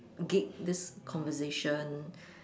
gig this conversation